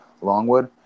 Longwood